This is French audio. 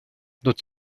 dont